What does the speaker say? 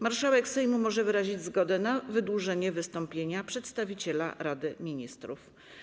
Marszałek Sejmu może wyrazić zgodę na wydłużenie wystąpienia przedstawiciela Rady Ministrów.